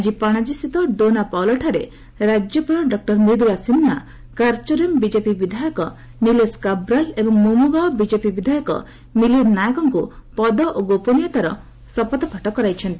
ଆଜି ପାଣାଜୀ ସ୍ଥିତ ଡୋନା ପାଉଲାଠାରେ ରାଜ୍ୟପାଳ ଡକ୍କର ମ୍ରିଦ୍ଳା ସିହ୍ନା କାର୍ଚୋରେମ୍ ବିକେପି ବିଧାୟକ ନିଲେଶ୍ କାବ୍ରାଲ୍ ଏବଂ ମୋମୁଗାଓ ବିଜେପି ବିଧାୟମ ମିଳିନ୍ଦ ନାୟକଙ୍କୁ ପଦ ଓ ଗୋପନୀୟତାର ଶପଥ ପାଠ କରାଇଛନ୍ତି